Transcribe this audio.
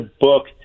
book